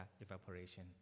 evaporation